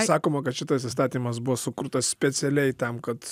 sakoma kad šitas įstatymas buvo sukurtas specialiai tam